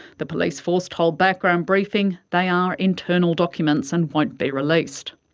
the police force told background briefing they are internal documents and won't be released.